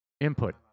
Input